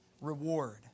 reward